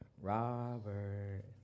Robert